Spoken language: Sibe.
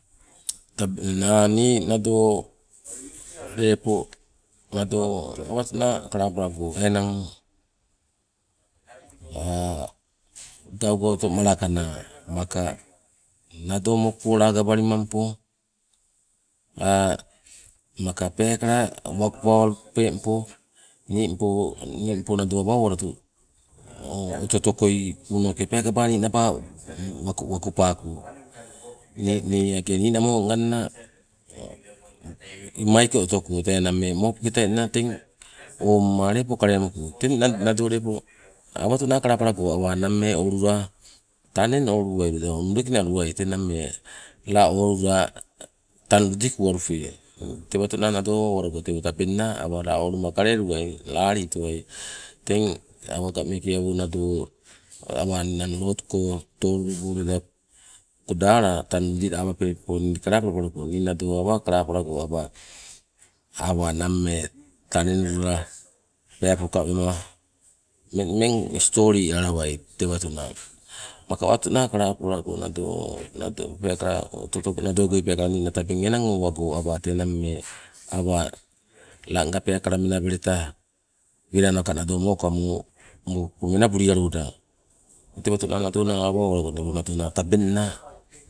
Tabeng nii nado lepo nado awato naa kalapalago enang gaugauto malaka naa maka nao mokopo lagabalimampo, maka peekala wakupawalopeng po. Ningpo nado awa owatu oto oto koi kwnoke peekaba ninaba wakupako, nii age ninamo nganna lmaiko otoko tee nammee mopoketaina teng ongma lepo kale muko, teng mado lepo awatona kalapalago awa nammee olula tang taneno luwai loida, mudekina luwai, tee nammee la olula tang lidukuna lupe. Terato naa ngos ana owalago awo tabeng naa, awa la oluma kaleluwai, latitowai teng awaga meeke awo nado awananang routuko, tolulug loida kadala tang lidulapengpo ni kalapapaluko, ni nado awa kalapulago ana namee taneno lula peepoka wema umeng stoli alawai tewato naa. Maka awato naa, kalapalaggo nado peekala oto oto koi nii nado goi peekala ningna tabeng awa tee owago tee nammee langa peekala menabeleta wela naka nado mokamo mokopo menabulialoda tewato naa nado naa awa owalago nado naa tabeng naa